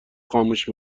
خاموش